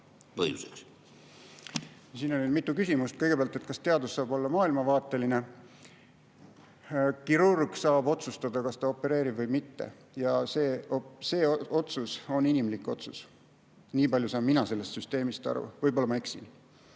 Siin oli mitu küsimust. Kõigepealt, kas teadus saab olla maailmavaateline? Kirurg saab otsustada, kas ta opereerib või mitte, ja see otsus on inimlik otsus. Nii saan mina sellest süsteemist aru, võib-olla ma eksin.